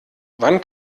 wann